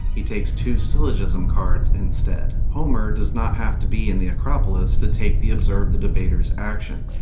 he takes two syllogism cards instead. homer does not have to be in the acropolis to take the observe the debater's action,